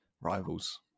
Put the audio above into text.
rivals